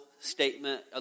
statement